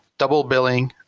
double billing,